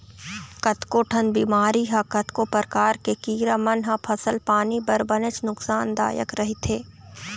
कतको ठन बेमारी ह कतको परकार के कीरा मन ह फसल पानी बर बनेच नुकसान दायक रहिथे